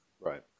Right